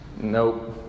Nope